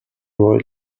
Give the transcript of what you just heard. were